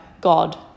God